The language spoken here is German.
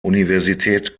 universität